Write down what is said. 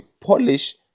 polish